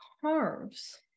carves